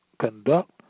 conduct